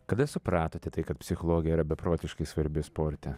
kada supratote tai kad psichologija yra beprotiškai svarbi sporte